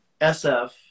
SF